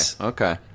okay